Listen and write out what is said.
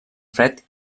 fred